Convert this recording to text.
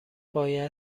باید